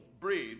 Breed